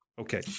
Okay